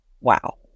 Wow